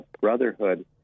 brotherhood